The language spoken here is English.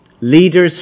Leaders